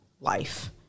life